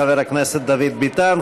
חבר הכנסת דוד ביטן.